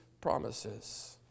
promises